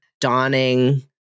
dawning